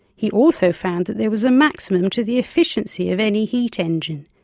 he also found that there was a maximum to the efficiency of any heat engine.